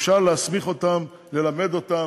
אפשר להסמיך אותם, ללמד אותם.